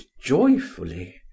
joyfully